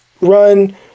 run